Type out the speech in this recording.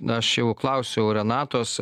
na aš jau klausiau renatos